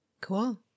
Cool